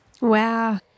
Wow